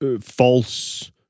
false